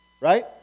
Right